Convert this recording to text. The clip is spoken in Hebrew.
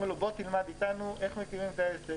לו: בוא תלמד אתנו איך מקימים את העסק,